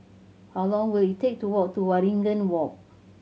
how long will it take to walk to Waringin Walk